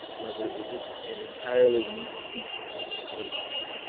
whether it is an entirely new species or not.